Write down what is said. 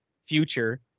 future